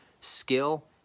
skill